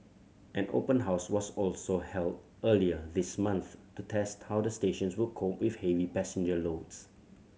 an open house was also held earlier this month to test how the stations would cope with heavy passenger loads